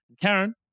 karen